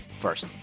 First